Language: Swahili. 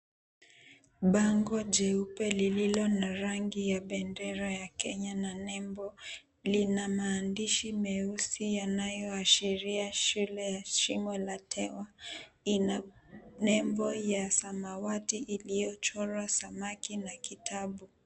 Bango jeupe lililo na rangi ya bendera ya Kenya na nembo lina maandishi meusi yanayoashiria shule ya Shimo la tewa. Ina nembo ya samawati iliyochorwa samaki na kitabu.